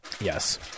Yes